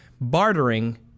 bartering